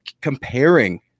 comparing